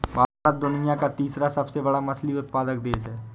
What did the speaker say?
भारत दुनिया का तीसरा सबसे बड़ा मछली उत्पादक देश है